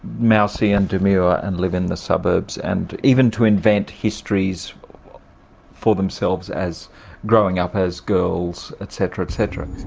mousey and demure and live in the suburbs and even to invent histories for themselves as growing up as girls etc. etc.